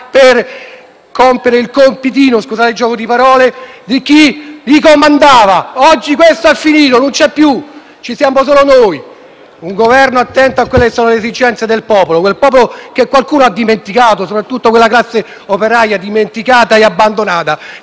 gioco di parole - di chi li comandava. Oggi questo è finito, non c'è più: ci siamo solo noi, un Governo attento a quelle che sono le esigenze del popolo, quel popolo che qualcuno ha dimenticato, e soprattutto ha dimenticato e abbandonato